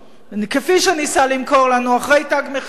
כפי שניסה למכור לנו אחרי "תג מחיר",